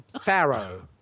Pharaoh